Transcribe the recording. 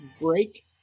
break